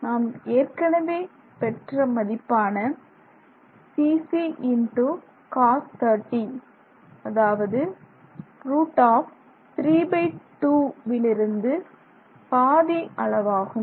நாம் ஏற்கனவே பெற்ற மதிப்பான cc × cos 30 அதாவது √32 இதிலிருந்து பாதி அளவாகும்